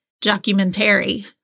documentary